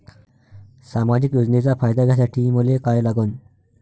सामाजिक योजनेचा फायदा घ्यासाठी मले काय लागन?